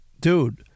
Dude